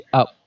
up